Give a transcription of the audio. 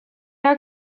are